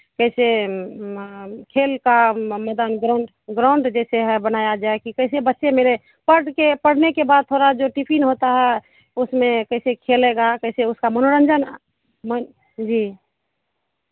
कैसे खेल का मैदान ग्राउन्ड ग्राउन्ड जैसे है बनाया जाए कि कैसे बच्चे मेरे पढ़के पढ़ने के बाद थोड़ा जो टिफ़िन होता है उसमें कैसे खेलेगा कैसे उसका मनोरंजन मन जी